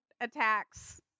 attacks